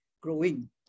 growing